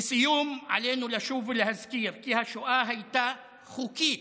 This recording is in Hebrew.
לסיום, עלינו לשוב ולהזכיר, כי השואה הייתה חוקית,